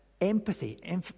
empathy